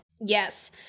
Yes